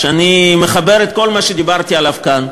כשאני מחבר את כל מה שדיברתי עליו כאן,